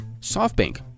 SoftBank